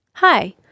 Hi